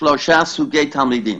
שלושה סוגי תלמידים: